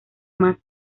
más